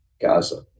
Gaza